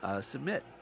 submit